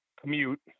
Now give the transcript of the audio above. commute